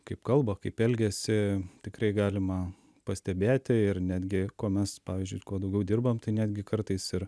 kaip kalba kaip elgiasi tikrai galima pastebėti ir netgi ko mes pavyzdžiui ir kuo daugiau dirbam tai netgi kartais ir